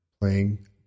playing